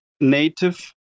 native